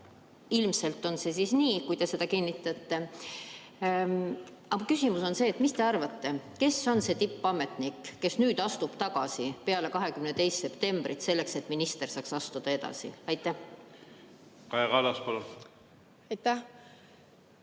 Ilmselt on see siis nii, kui te seda kinnitate. Aga küsimus on see: mis te arvate, kes on see tippametnik, kes astub tagasi peale 22. septembrit, selleks et minister saaks astuda edasi? Kaja